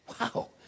wow